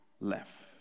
left